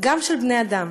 של בני-אדם.